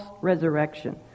resurrection